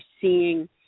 seeing